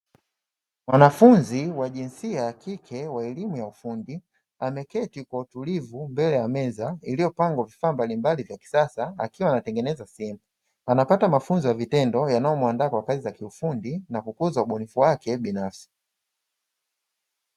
Mwanafunzi wa jinsia ya kike wa elimu ya ufundi ameketi kwa utulivu mbele ya meza, iliyopangwa vifaa mbalimbali vya kisasa akiwa anatengeneza simu. Anapata mafunzo ya vitendo yanayomuandaa kwa kazi za kiufundi na kukuza ubunifu wake binafsi.